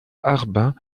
harbin